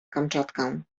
kamczatkę